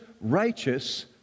righteous